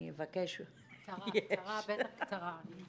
אני